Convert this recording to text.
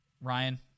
Ryan